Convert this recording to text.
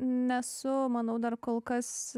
nesu manau dar kol kas